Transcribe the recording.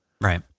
Right